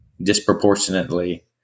disproportionately